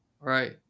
Right